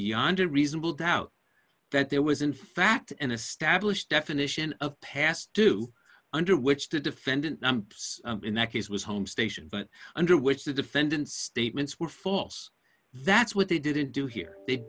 beyond a reasonable doubt that there was in fact an established definition of past due under which the defendant in that case was home station but under which the defendant's statements were false that's what they didn't do here they